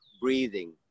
breathing